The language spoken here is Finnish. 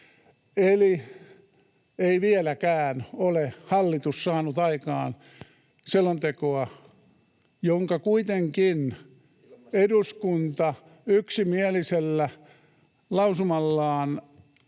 Eli ei vieläkään ole hallitus saanut aikaan selontekoa, jonka kuitenkin eduskunta [Petri Hurun